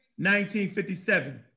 1957